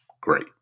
great